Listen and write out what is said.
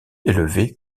élevé